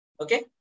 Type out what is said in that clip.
Okay